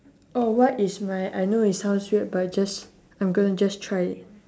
oh what is my I know it sounds weird but just I'm gonna just try it